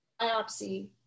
biopsy